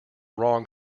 wrong